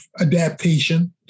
adaptation